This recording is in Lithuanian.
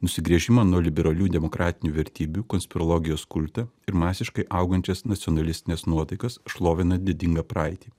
nusigręžimą nuo liberalių demokratinių vertybių konspirologijos kultą ir masiškai augančias nacionalistines nuotaikas šlovina didingą praeitį